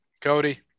Cody